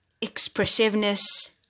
expressiveness